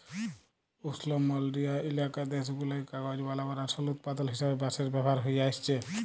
উস্লমলডলিয় ইলাকার দ্যাশগুলায় কাগজ বালাবার আসল উৎপাদল হিসাবে বাঁশের ব্যাভার হঁয়ে আইসছে